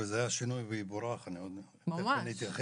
אני מכיר וזה השינוי והוא יבורך, אני תיכף אתייחס.